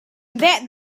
that